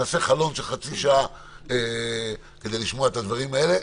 נעשה חלון של חצי שעה כדי לשמוע את הדברים האלה.